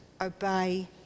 obey